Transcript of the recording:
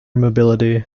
mobility